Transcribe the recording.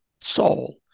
soul